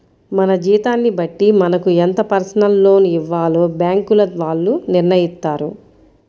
మన జీతాన్ని బట్టి మనకు ఎంత పర్సనల్ లోన్ ఇవ్వాలో బ్యేంకుల వాళ్ళు నిర్ణయిత్తారు